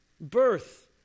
Birth